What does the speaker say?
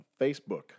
Facebook